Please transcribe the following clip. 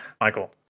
Michael